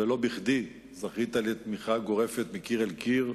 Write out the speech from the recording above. ולא בכדי זכית לתמיכה גורפת מקיר אל קיר.